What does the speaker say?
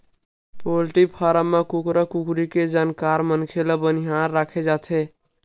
poultry farm म कुकरा कुकरी के जानकार मनखे ल बनिहार राखे जाथे